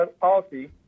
policy